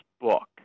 book